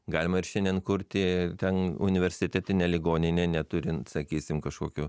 galima ir šiandien kurti ten universitetinę ligoninę neturint sakysim kažkokių